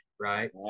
right